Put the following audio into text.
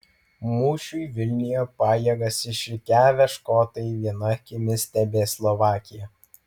mūšiui vilniuje pajėgas išrikiavę škotai viena akimi stebės slovakiją